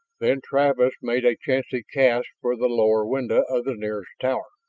then travis made a chancy cast for the lower window of the nearest tower.